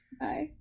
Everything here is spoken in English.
Bye